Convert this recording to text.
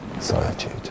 solitude